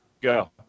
go